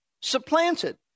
supplanted